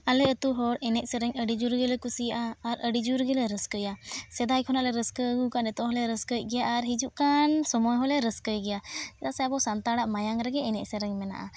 ᱟᱞᱮ ᱟᱹᱛᱩ ᱦᱚᱲ ᱮᱱᱮᱡᱼᱥᱮᱨᱮᱧ ᱟᱹᱰᱤ ᱡᱳᱨᱜᱮᱞᱮ ᱠᱩᱥᱤᱭᱟᱜᱼᱟ ᱟᱨ ᱟᱹᱰᱤ ᱡᱳᱨᱜᱮᱞᱮ ᱨᱟᱹᱥᱠᱟᱹᱭᱟ ᱥᱮᱫᱟᱭ ᱠᱷᱚᱱᱟᱜᱞᱮ ᱨᱟᱹᱥᱠᱟᱹ ᱟᱹᱜᱩᱣᱟᱠᱟᱫᱼᱟ ᱱᱤᱛᱚᱜ ᱦᱚᱸᱞᱮ ᱨᱟᱹᱥᱠᱟᱹᱭᱮᱫ ᱜᱮᱭᱟ ᱟᱨ ᱦᱤᱡᱩᱜ ᱠᱟᱱ ᱥᱚᱢᱚᱭ ᱦᱚᱸᱞᱮ ᱨᱟᱹᱥᱠᱟᱹᱭ ᱜᱮᱭᱟ ᱪᱮᱫᱟᱜ ᱥᱮ ᱟᱵᱚ ᱥᱟᱱᱛᱟᱲᱟᱜ ᱢᱟᱭᱟᱢ ᱨᱮᱜᱮ ᱮᱱᱮᱡᱼᱥᱮᱨᱮᱧ ᱢᱮᱱᱟᱜᱼᱟ